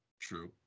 True